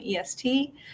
EST